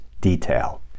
detail